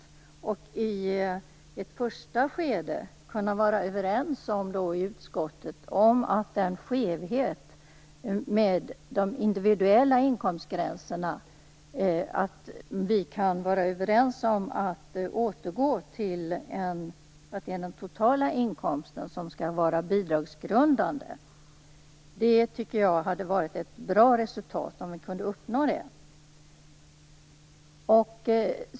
Jag hoppas att vi i ett första skede skall kunna vara överens i utskottet, när det gäller skevheten i de individuella inkomstgränserna, om att den totala inkomsten åter skall vara bidragsgrundande. Det hade varit bra tycker jag om vi hade kunnat uppnå det resultatet.